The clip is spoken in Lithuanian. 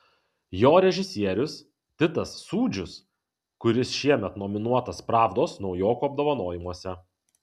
jo režisierius titas sūdžius kuris šiemet nominuotas pravdos naujokų apdovanojimuose